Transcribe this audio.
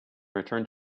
return